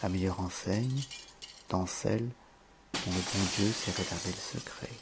à meilleure enseigne dans celles dont le bon dieu s'est réservé le secret